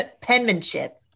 penmanship